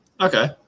Okay